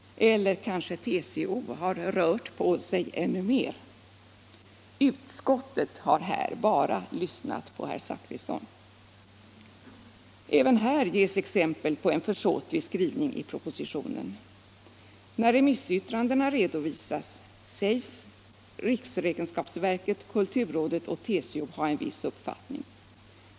Eller kanske TCO har rört på sig ännu mer? Utskottet har här bara lyssnat på herr Zachrisson. Även här ges exempel på en försåtlig skrivning i propositionen. När remissyttrandena redovisas sägs riksräkenskapsverket. kulturrådet och TCO ha en viss uppfattning.